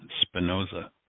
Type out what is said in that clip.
Spinoza